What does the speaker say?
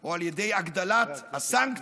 או על ידי הגדלת הסנקציה